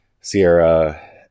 Sierra